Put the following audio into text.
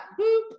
boop